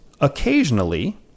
occasionally